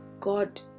God